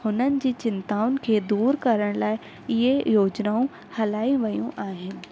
हुननि जी चिंताउनि खे दूरि करण लाइ इहे योजनाऊं हलाई वियूं आहिनि